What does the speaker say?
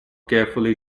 carefully